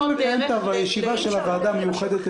--- את הישיבה של הוועדה המיוחדת.